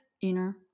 inner